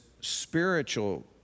spiritual